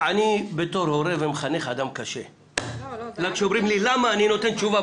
נכון שהם לא מקבלים את מה שהם צריכים,